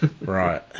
Right